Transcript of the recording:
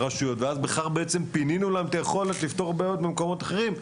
ובכך בעצם פינינו להם את היכולת לפתור בעיות במקומות אחרים.